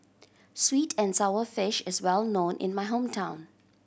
sweet and sour fish is well known in my hometown